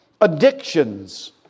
Addictions